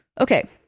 okay